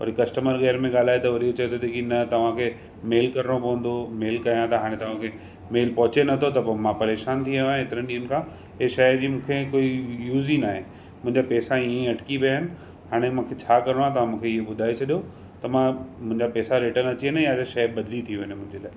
वरी customer care में ॻाल्हाए त वरी चए त को न तव्हांखे मेल करिणो पवंदो मेल कयां त हाणे तव्हांखे मेल पहुचे नथो त पोइ मां परेशान थी वियो आहियां एतरनि ॾीहनि खां इहा शइ जी मूंखे कोई यूज़ ई न आहे मुंहिंजा पैसा ईअं अटकी पिया आहिनि हाणे मूंखे छा करिणो आहे तव्हां मूंखे इहो ॿुधाए छॾियो त मां मुंहिंजा पैसा रिटन अचे वञे या शइ बदिली थी वञे मुंहिंजे लाइ